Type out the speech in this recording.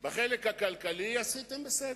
בחלק הכלכלי עשיתם בסדר.